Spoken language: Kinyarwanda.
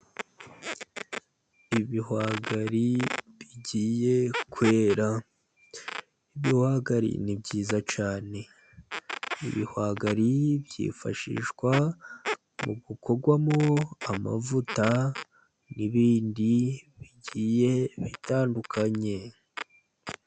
Ibihwagari bigiye kwera. Ibihwagari ni byiza cyane. Ibihwagari byifashishwa mu gukorwamo amavuta n'ibindi bigiye bitandukanye.